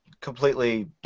completely